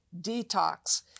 detox